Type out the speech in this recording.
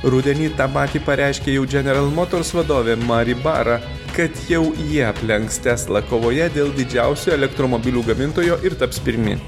rudenį tą patį pareiškė jau dženeral motors vadovė mari bara kad jau jie aplenks teslą kovoje dėl didžiausio elektromobilių gamintojo ir taps pirmi